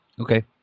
Okay